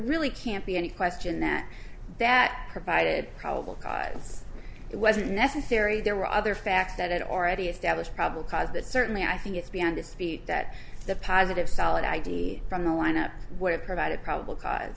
really can't be any question that that provided probable cause it wasn't necessary there were other fact that had already established probable cause that certainly i think it's beyond dispute that the positive solid id from the lineup would have provided